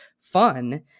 fun